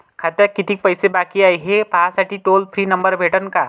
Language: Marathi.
खात्यात कितीकं पैसे बाकी हाय, हे पाहासाठी टोल फ्री नंबर भेटन का?